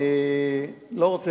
אני קיבלתי